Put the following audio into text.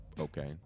okay